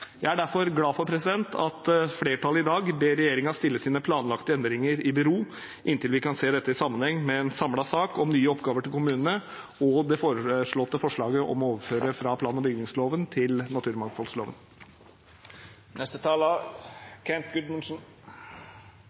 Jeg er derfor glad for at et flertall i dag ber regjeringen stille sine planlagte endringer i bero inntil vi kan se dette i sammenheng med en samlet sak om nye oppgaver til kommunene og forslaget om å overføre fra plan- og bygningsloven til naturmangfoldloven.